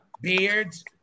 Beards